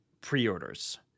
pre-orders